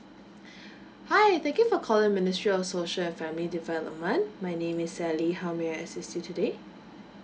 hi thank you for calling ministry of social and family development my name is sally how may I assist you today